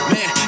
Man